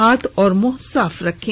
हाथ और मुंह साफ रखें